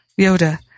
Yoda